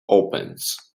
opens